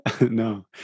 No